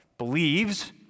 believes